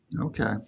Okay